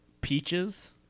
peaches